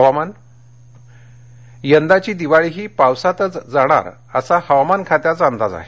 हवामान् यंदाची दिवाळीही पावसातच जाणार असा हवामान खात्याचा अंदाज आहे